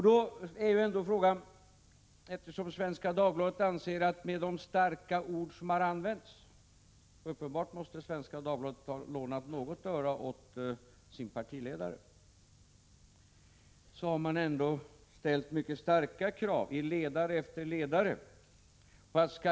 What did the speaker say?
Då är frågan: På Svenska Dagbladet anser man tydligen att man mot bakgrund av de hårda ord som har använts — uppenbarligen måste Svenska Dagbladet i någon mån ha lånat sitt öra åt sin partiledare — har anledning att i ledare efter ledare ställa mycket starka krav på de borgerliga partierna.